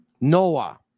Noah